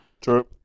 true